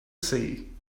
see